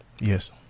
Yes